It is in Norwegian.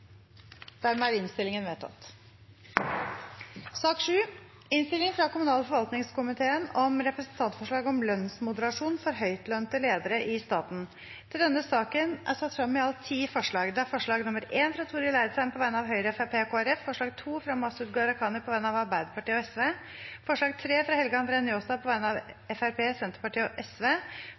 Dermed er innstillingen vedtatt. Under debatten er det satt frem i alt ti forslag. Det er forslag nr. 1, fra Torill Eidsheim på vegne av Høyre, Fremskrittspartiet og Kristelig Folkeparti forslag nr. 2, fra Masud Gharahkhani på vegne av Arbeiderpartiet og Sosialistisk Venstreparti forslag nr. 3, fra Helge André Njåstad på vegne av Fremskrittspartiet, Senterpartiet og